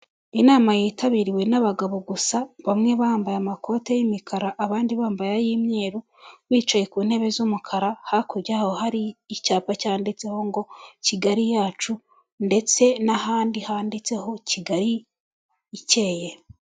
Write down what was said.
Inama yitabiriwe n'abagabo gusa, bamwe bambaye amakoti y'imikara, abandi bambaye ay'imyeru, bicaye ku ntebe z'umukara, hakurya yaho hari icyapa cyanditseho ngo Kigali yacu ndetse n'ahandi handitseho Kigali ikeye.